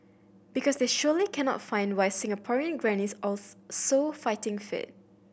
because they surely cannot find why Singaporean grannies are so fighting fit